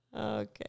Okay